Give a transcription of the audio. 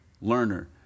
learner